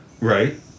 Right